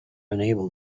unable